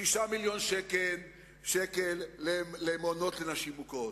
6 מיליון שקל למעונות לנשים מוכות,